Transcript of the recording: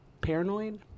Paranoid